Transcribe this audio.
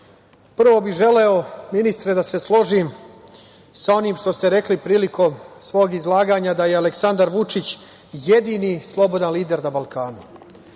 prvo bih želeo, ministre, da se složim sa onim što ste rekli prilikom svog izlaganja da je Aleksandar Vučić jedini slobodan lider na Balkanu.